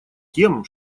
тем